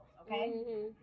okay